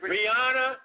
Rihanna